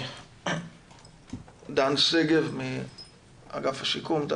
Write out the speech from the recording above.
דן שגב מאגף השיקום.